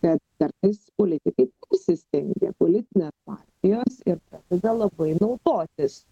kad kartais politikai persistengia politinę partijos ir pradeda labai naudotis